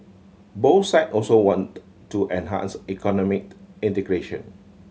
both side also want to enhance economy integration